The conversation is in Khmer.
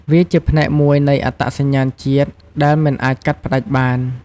វាជាផ្នែកមួយនៃអត្តសញ្ញាណជាតិដែលមិនអាចកាត់ផ្ដាច់បាន។